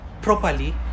Properly